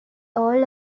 all